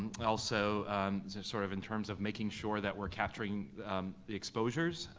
also, just sort of in terms of making sure that we're capturing the exposures,